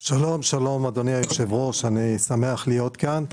שלום, אדוני היושב-ראש, אני שמח להיות כאן.